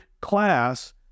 class